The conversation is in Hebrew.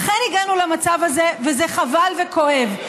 לכן הגענו למצב הזה, וזה חבל וכואב.